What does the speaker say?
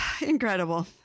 incredible